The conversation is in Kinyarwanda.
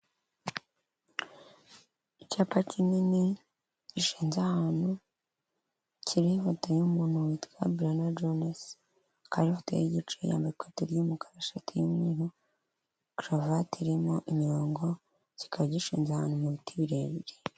Icyapa kinini gishinze ahantu kiriho ifoto y'umuntu witwa Berna Jones, hakaba hariho ifoto y'igice yambaye ikote y'umukara n'ishati y'umweru, karavati irimo imirongo kikaba gishinze ahantu mu biti birebire.